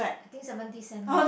I think seventy cent loh